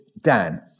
Dan